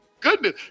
Goodness